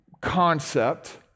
concept